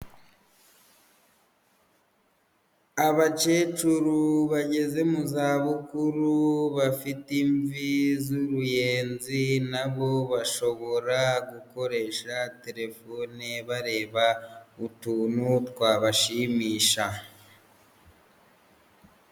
Abakecuru bageze mu za bukuru bafite imvi z'uruyenzi n'abo bashobora gukoresha telefone bareba utuntu twabashimisha.